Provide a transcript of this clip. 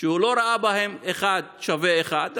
הוא לא ראה בהם אחד שווה אחד,